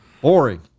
boring